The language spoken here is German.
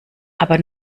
aber